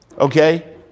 okay